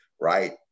right